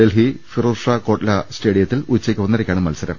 ഡൽഹി ഫിറോസ് ഷാ കോട്ലാ സ്റ്റേഡിയത്തിൽ ഉച്ചയ്ക്ക് ഒന്നരയ്ക്കാണ് മത്സരം